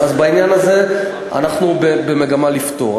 ובעניין הזה אנחנו במגמה לפתור.